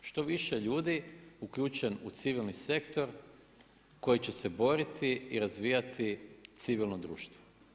Što više ljudi uključen u civilni sektor, koji će se boriti i razvijati civilno društvo.